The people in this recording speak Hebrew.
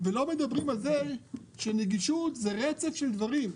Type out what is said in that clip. ולא מדברים על כך שנגישות זה רצף של דברים,